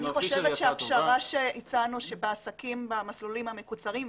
אני חושבת שהפשרה שהצענו שבעסקים במסלולים המקוצרים,